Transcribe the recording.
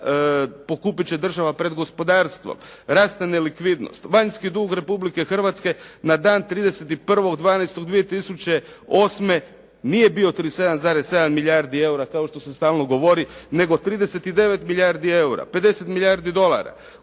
pokupit će država pred gospodarstvom, raste nelikvidnost, vanjski dug Republike Hrvatske na dan 31.12.2008. nije bio 37,7 milijardi eura kao što se stalno govori nego 39 milijardi eura, 50 milijardi dolara.